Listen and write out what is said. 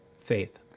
Faith